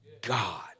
God